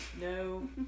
no